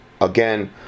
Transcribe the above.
again